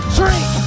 drink